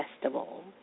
Festival